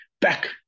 back